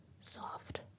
soft